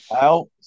Al